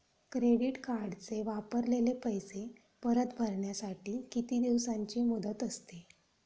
Credit कार्डचे वापरलेले पैसे परत भरण्यासाठी किती दिवसांची मुदत असते?